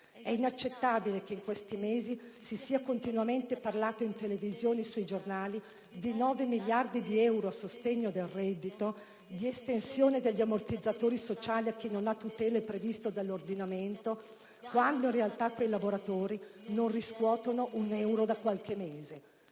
È inaccettabile che in questi mesi si sia continuamente parlato in televisione e sui giornali di 9 miliardi di euro a sostegno del reddito, di estensione degli ammortizzatori sociali a chi non ha tutele previste dall'ordinamento, quando in realtà quei lavoratori non riscuotono un euro da qualche mese.